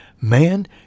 Man